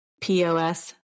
pos